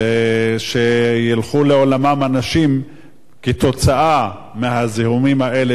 שילכו לעולמם אנשים כתוצאה מהזיהומים האלה